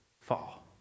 Fall